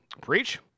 Preach